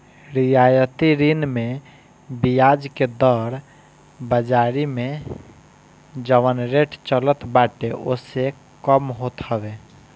रियायती ऋण में बियाज के दर बाजारी में जवन रेट चलत बाटे ओसे कम होत हवे